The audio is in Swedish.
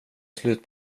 slut